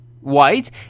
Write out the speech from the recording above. white